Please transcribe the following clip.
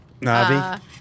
Navi